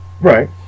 Right